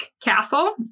castle